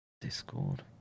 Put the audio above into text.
Discord